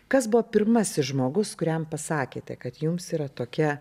kas buvo pirmasis žmogus kuriam pasakėte kad jums yra tokia